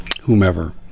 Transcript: whomever